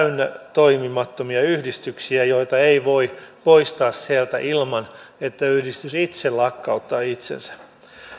toimimattomia yhdistyksiä joita ei voi poistaa sieltä ilman että yhdistys itse lakkauttaa itsensä